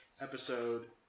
episode